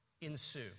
ensue